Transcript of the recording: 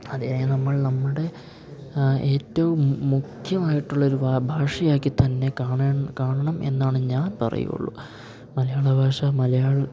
അതിനെ നമ്മൾ നമ്മുടെ ഏറ്റവും മുഖ്യമായിട്ടുള്ള ഒരു ഭാഷ ഭാഷയാക്കി തന്നെ കാണണം കാണണം എന്നാണ് ഞാൻ പറയുള്ളു മലയാള ഭാഷ മലയാള